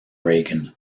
reagan